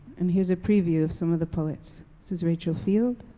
and here's a preview of some of the poets. this is rachel field,